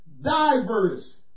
diverse